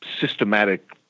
systematic